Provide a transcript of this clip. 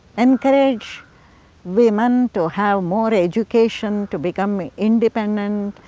encourage women to have more education, to become independent,